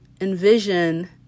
envision